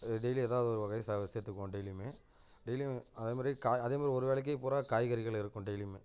அது டெய்லி ஏதாவது ஒரு வகை ச சேர்த்துக்குவோம் டெய்லியுமே டெய்லியும் அதே மாதிரி காய் அதே மாதிரி ஒரு வேளைக்கு பூரா காய்கறிகள் இருக்கும் டெய்லியுமே